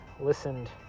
listened